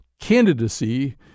candidacy